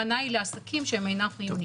מראש הכוונה היא לעסקים שהם אינם חיוניים.